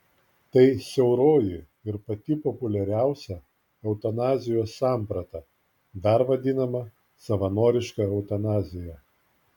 tai siauroji ir pati populiariausia eutanazijos samprata dar vadinama savanoriška eutanazija